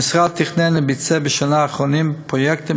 המשרד תכנן וביצע בשנים האחרונות פרויקטים